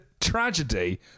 tragedy